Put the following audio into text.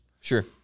Sure